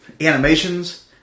animations